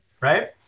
right